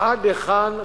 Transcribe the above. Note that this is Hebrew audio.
עד היכן,